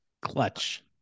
Clutch